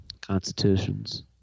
constitutions